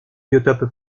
biotope